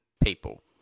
people